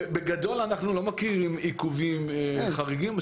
בגדול, אנחנו לא מכירים עיכובים חריגים.